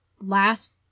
last